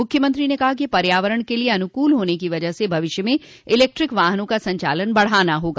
मुख्यमंत्री ने कहा कि पर्यावरण के लिये अनुकूल होने की वजह से भविष्य में इलेक्ट्रिक वाहनों का संचालन बढ़ाना होगा